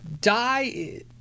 die